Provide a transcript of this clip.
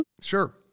Sure